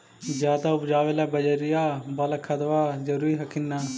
ज्यादा उपजाबे ला बजरिया बाला खदबा जरूरी हखिन न?